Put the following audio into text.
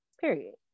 period